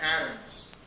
patterns